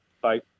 Bye